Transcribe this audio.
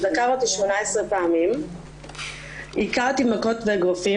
הוא דקר אותי 18 פעמים, היכה אותי מכות ואגרופים.